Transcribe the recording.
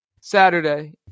Saturday